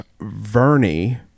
vernie